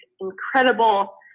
incredible